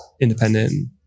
independent